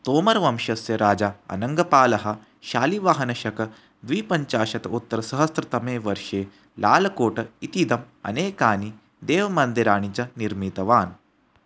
तोमर् वंशस्य राजा अनङ्गपालः शालिवाहनशकद्विपञ्चाशत् उत्तरसहस्रतमे वर्षे लालकोट इत्येदम् अनेकानि देवमन्दिराणि च निर्मितवान्